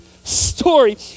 story